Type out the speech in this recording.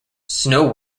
snow